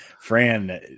Fran